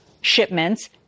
shipments